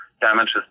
damages